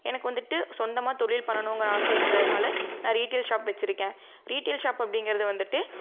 எனக்கு வந்துட்டு சொந்தமாக தொழில் பண்ணனும்ங்கிற ஆசை இருந்ததனால ரீட்டைல் ஷாப் வச்சிருக்கேன் ரீட்டைல் ஷாப் அப்படிங்குறது வந்துட்டு